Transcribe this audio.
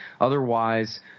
otherwise